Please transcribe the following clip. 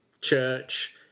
church